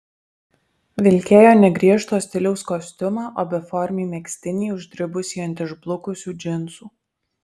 vilkėjo ne griežto stiliaus kostiumą o beformį megztinį uždribusį ant išblukusių džinsų